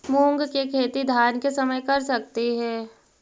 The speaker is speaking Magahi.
मुंग के खेती धान के समय कर सकती हे?